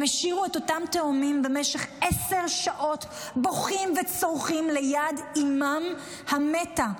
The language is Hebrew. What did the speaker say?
הם השאירו את אותם תאומים במשך עשר שעות בוכים וצורחים ליד אימם המתה,